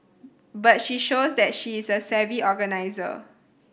but she shows that she is a savvy organiser